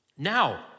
Now